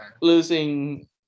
losing